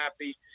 happy